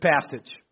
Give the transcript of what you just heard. passage